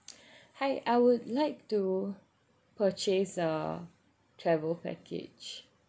hi I would like to purchase a travel package